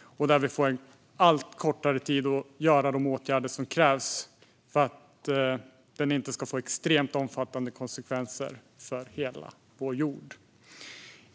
och där vi får allt kortare tid att vidta de åtgärder som krävs för att den inte ska få extremt omfattande konsekvenser för hela vår jord.